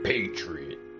Patriot